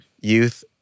youth